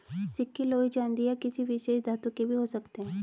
सिक्के लोहे चांदी या किसी विशेष धातु के भी हो सकते हैं